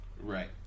Right